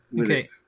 Okay